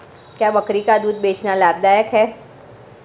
क्या बकरी का दूध बेचना लाभदायक है?